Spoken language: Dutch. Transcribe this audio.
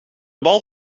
bal